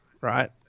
right